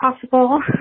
possible